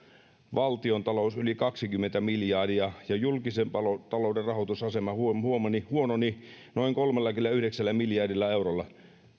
valtiontalous yli kaksikymmentä miljardia ja julkisen talouden rahoitusasema huononi noin kolmellakymmenelläyhdeksällä miljardilla eurolla